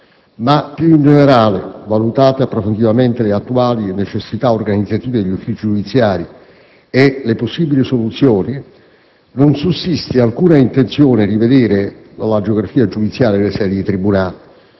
ma, più in generale, valutate approfonditamente le attuali necessità organizzative degli uffici giudiziari e le possibili soluzioni, non sussiste alcuna intenzione di variare la "geografia giudiziaria" delle sedi di tribunale.